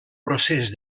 procés